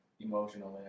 emotionally